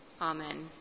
Amen